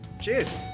cheers